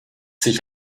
sich